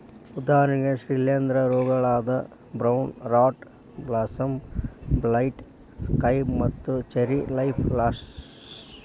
ಉದಾಹರಣೆಗೆ ಶಿಲೇಂಧ್ರ ರೋಗಗಳಾದ brown rot blossom blight, scab ಮತ್ತು ಚೆರ್ರಿ ಲೇಫ್ ಸ್ಪಾಟ್